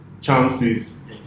chances